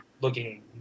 looking